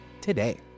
today